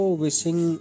wishing